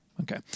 Okay